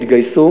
יתגייסו,